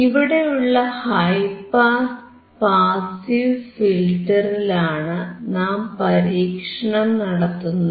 ഇവിടെയുള്ള high pass passive ഫിൽറ്ററിലാണ് നാം പരീക്ഷണം നടത്തുന്നത്